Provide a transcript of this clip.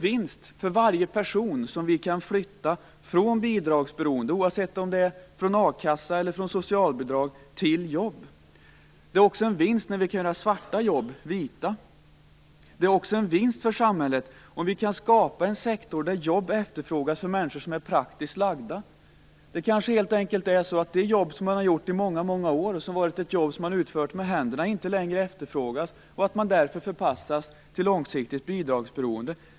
Varje person vi kan flytta från bidragsberoende, oavsett om det är från a-kassa eller från socialbidrag, till jobb innebär en vinst. Det är också en vinst när vi kan göra svarta jobb vita. Det är också en vinst för samhället om vi kan skapa en sektor där jobb efterfrågas för människor som är praktiskt lagda. Det kanske helt enkelt är så att ett jobb som man har utfört med händerna i många år inte längre efterfrågas och att man därför förpassas till långsiktigt bidragsberoende.